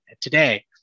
today